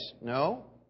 No